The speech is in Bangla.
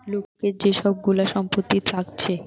লোকের যে সব গুলা সম্পত্তি থাকছে